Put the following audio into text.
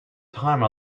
time